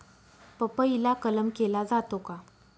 पपईला कलम केला जातो का?